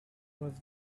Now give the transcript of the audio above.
was